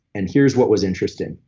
and here's what was interesting.